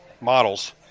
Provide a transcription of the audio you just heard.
models